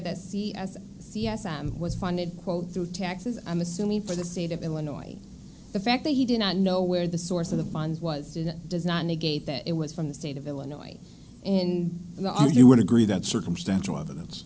that see as c s i was funded quote through taxes i'm assuming for the state of illinois the fact that he did not know where the source of the funds was do that does not negate that it was from the state of illinois and you are you would agree that circumstantial evidence